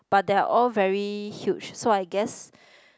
but they are all very huge so I guess